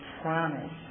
promise